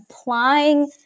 applying